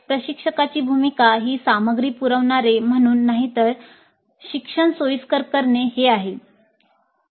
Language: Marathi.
प्रशिक्षकाची भूमिका ही सामग्री पुरवणारे म्हणून नाही तर शिक्षण सोयीस्कर करणे हे आहे